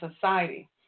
society